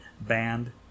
band